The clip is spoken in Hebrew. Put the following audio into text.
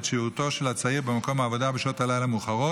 שהותו של הצעיר במקום העבודה בשעות הלילה המאוחרות.